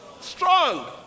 Strong